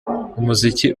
umuziki